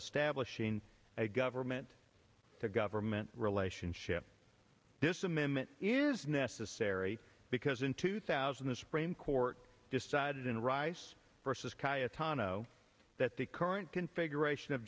establishing a government to government relationship this amendment is necessary because in two thousand the supreme court decided in rice vs kaia tano that the current configuration of